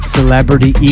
Celebrity